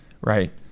Right